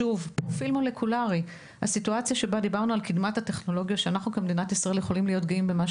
שזו דוגמה לקדמת הטכנולוגיה שמדינת ישראל יכולה להתגאות בה.